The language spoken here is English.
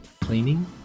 cleaning